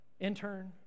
intern